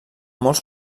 molts